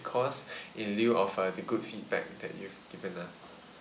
cost in lieu of uh the good feedback that you've given us